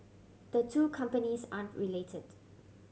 the two companies aren't related